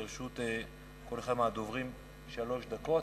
לרשות כל אחד מהדוברים שלוש דקות.